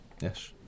Yes